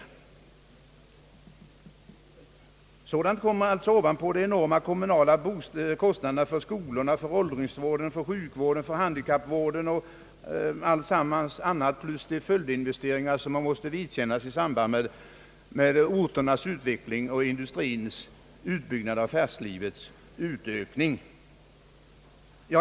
Sådana här saker kommer alltså ovanpå de enorma kommunala kostnaderna för skolorna, för åldringsvården, för sjukvården och för handikappvården o.s.v. och ovanpå de följdinvesteringar som kommunerna måste vidkännas i samband med orternas utveckling, industriens utbyggnad och affärslivets utökning.